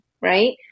right